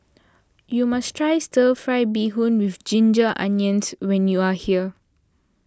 you must try Stir Fry Beef with Ginger Onions when you are here